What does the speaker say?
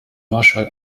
marshall